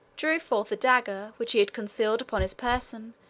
drew forth a dagger which he had concealed upon his person,